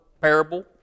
parable